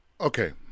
okay